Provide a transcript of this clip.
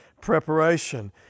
preparation